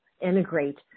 integrate